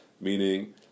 Meaning